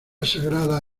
sagrada